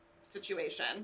situation